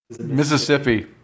Mississippi